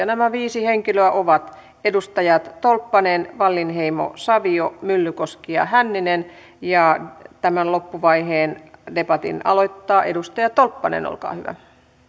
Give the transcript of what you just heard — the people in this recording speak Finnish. nämä viisi henkilöä ovat edustajat tolppanen wallinheimo savio myllykoski ja hänninen ja tämän loppuvaiheen debatin aloittaa edustaja tolppanen olkaa hyvä